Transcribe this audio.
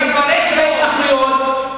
לפרק את ההתנחלויות.